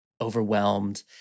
overwhelmed